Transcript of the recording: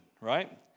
right